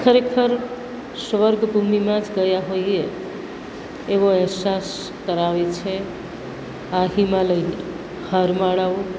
ખરેખર સ્વર્ગ ભૂમિમાં જ ગયા હોઈએ એવો અહેસાસ કરાવે છે આ હિમાલય હારમાળાઓ